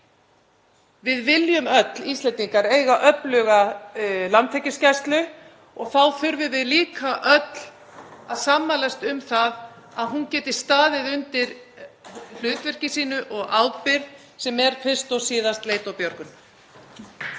Við viljum öll, Íslendingar, eiga öfluga Landhelgisgæslu og þá þurfum við líka öll að sammælast um það að hún geti staðið undir hlutverki sínu og ábyrgð sem er fyrst og síðast leit og björgun.